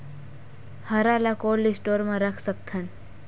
हरा ल cold store म रख सकथन?